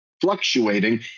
fluctuating